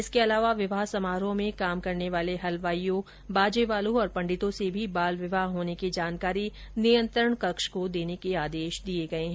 इसके अलावा विवाह समारोहों में काम करने वाले हलवाइयों बाजे वालों और पंडितों से भी बाल विवाह होने की जानकारी नियंत्रण कक्ष को देने के आदेष दिये गये है